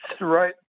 right